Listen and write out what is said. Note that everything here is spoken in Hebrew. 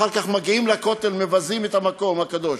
אחר כך מגיעים לכותל ומבזים את המקום הקדוש.